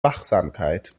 wachsamkeit